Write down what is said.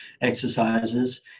exercises